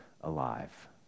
alive